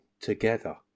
together